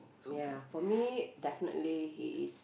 yeah for me definitely he is